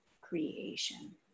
creation